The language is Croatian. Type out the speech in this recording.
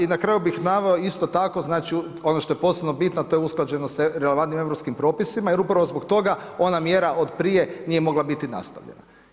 I na kraju bih naveo isto tako, znači ono što je posebno bitno, a to je usklađenost sa relevantnim europskim propisima, jer upravo zbog toga ona mjera od prije nije mogla biti nastavljena.